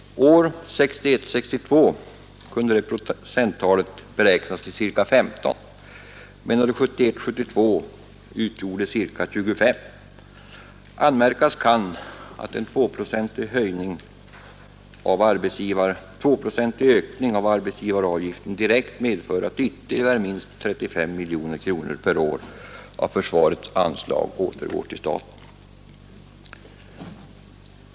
År 1961 72 utgjorde cirka 25 procent. Anmärkas kan att en tvåprocentig ökning av arbetsgivaravgiften direkt medför att ytterligare minst 35 miljoner kronor per år av försvarets anslag återgår till staten.